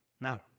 Now